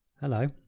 hello